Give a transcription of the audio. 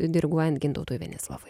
diriguojant gintautui venislovui